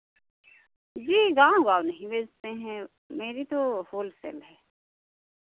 जी गाँव गाँव नहीं बेचते हैं मेरी तो होलसेल है